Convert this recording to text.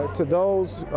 to those